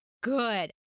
good